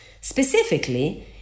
Specifically